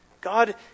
God